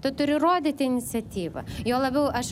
tu turi rodyti iniciatyvą juo labiau aš